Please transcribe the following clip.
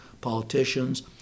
politicians